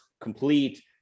complete